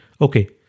Okay